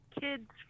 kids